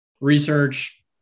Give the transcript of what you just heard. Research